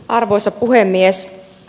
arvoisa puhemies